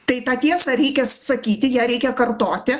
tai tą tiesą reikia sakyti ją reikia kartoti